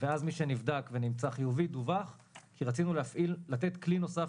ואז מי שנבדק ונמצא חיובי דווח כי רצינו לתת כלי נוסף